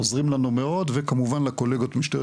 עוזרים לנו מאוד וכמובן לקולגות במשטרת